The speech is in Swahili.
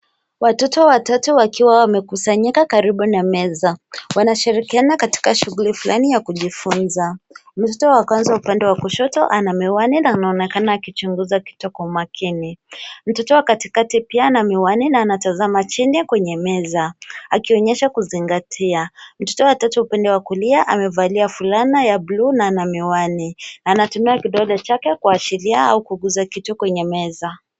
Watoto watatu wakiwa wamekusanyika karibu na meza, wanashirikiana katika shughuli fulani ya kujifunza .Mtoto wa kwanza upande wa kushoto ana miwani na anaonekana akichunguza kitu kwa umakini. Mtoto wa katikati pia ana miwani na anatazama chini kwenye meza, akionyesha kuzingatia. Mtoto wa tatu upande wa kulia, amevalia fulana ya buluu na ana miwani, na anatumia kidole chake kuashiria au kuguza kitu kwenye meza.